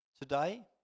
Today